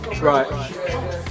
Right